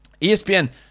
ESPN